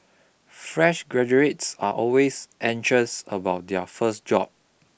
fresh graduates are always anxious about their first job